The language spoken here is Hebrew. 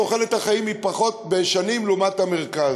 תוחלת החיים היא פחות בשנים לעומת המרכז.